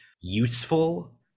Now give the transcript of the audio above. useful